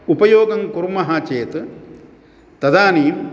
उपयोगङ्कुर्मः चेत् तदानीं